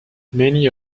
many